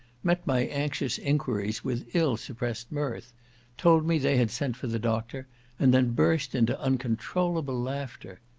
met my anxious enquiries with ill-suppressed mirth told me they had sent for the doctor and then burst into uncontrollable laughter.